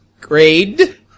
Grade